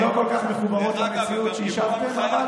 אני רק מספר לך.